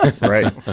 Right